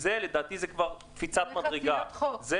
לדעתי, זה כבר קפיצת מדרגה.